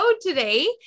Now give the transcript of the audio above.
today